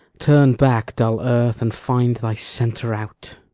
turn back, dull earth, and find thy centre out.